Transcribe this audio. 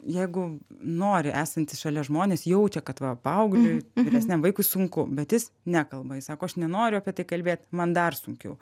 jeigu nori esantys šalia žmonės jaučia kad va paaugliui vyresniam vaikui sunku bet jis nekalba jis sako aš nenoriu apie tai kalbėt man dar sunkiau